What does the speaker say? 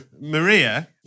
Maria